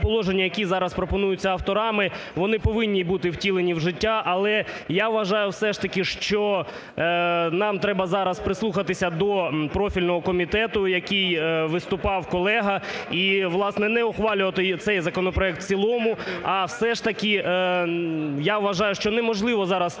Переконаний, що ці положення, які зараз пропонуються авторами, вони повинні бути втілені у життя. Але я вважаю все ж таки, що нам треба зараз прислухатися до профільного комітету, який виступав колега, і власне не ухвалювати цей законопроект в цілому, а все ж таки, я вважаю, що неможливо зараз стилістичними